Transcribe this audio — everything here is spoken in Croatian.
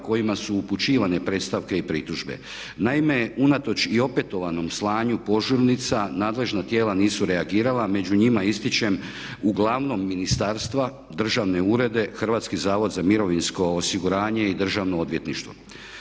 kojima su upućivane predstavke i pritužbe. Naime, unatoč i opetovanom slanju požurnica nadležna tijela nisu reagirala. Među njima ističem uglavnom ministarstva, državne urede, Hrvatski zavod za mirovinsko osiguranje i Državno odvjetništvo.